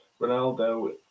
Ronaldo